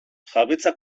jabetza